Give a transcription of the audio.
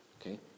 Okay